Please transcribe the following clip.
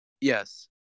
Yes